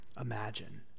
imagine